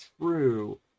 true